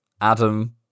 Adam